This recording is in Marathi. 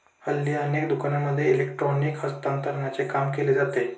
हल्ली अनेक दुकानांमध्ये इलेक्ट्रॉनिक हस्तांतरणाचे काम केले जाते